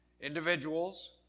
individuals